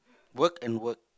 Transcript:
work and work